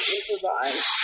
improvise